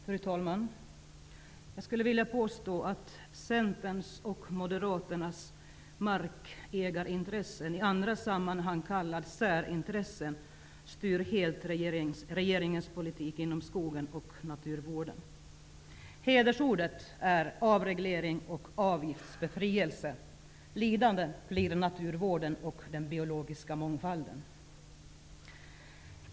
Fru talman! Jag skulle vilja påstå att Centerns och Moderaternas markägarintressen, i andra sammanhang kallat särintressen, helt styr regeringens politik inom skogen och naturvården. Hedersordet är avreglering och avgiftsbefrielse. Lidande blir naturvården och den biologiska mångfalden.